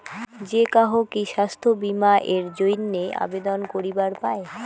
যে কাহো কি স্বাস্থ্য বীমা এর জইন্যে আবেদন করিবার পায়?